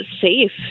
safe